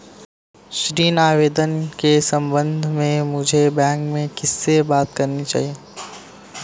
ऋण आवेदन के संबंध में मुझे बैंक में किससे बात करनी चाहिए?